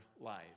life